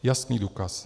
Jasný důkaz.